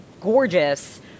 gorgeous